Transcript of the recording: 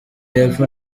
y’epfo